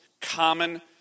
common